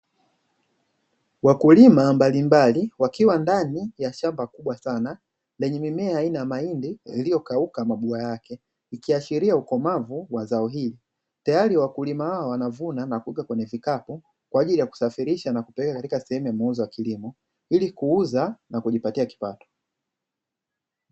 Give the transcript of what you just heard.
Wakulima mbalimbali wakiwa ndani ya shamba kubwa sana lenye mimea aina ya mahindi iliyokauka mabua yake ikiashiria ukomavu wa zao hili, tayari wakulima hawa wanavuna na kuweka kwenye kikapu kwa ajili ya kusafirisha na kupeleka katika sehemu ya kilimo ili kuuza na kujipatia kipato.